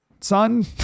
son